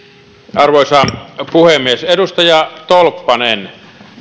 arvoisa puhemies edustaja tolppanen